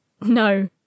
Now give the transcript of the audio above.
No